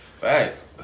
Facts